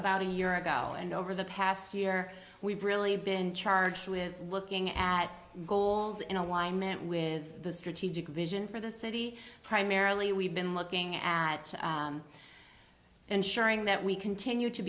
about a year ago and over the past year we've really been charged with looking at goals in alignment with the strategic vision for the city primarily we've been looking at ensuring that we continue to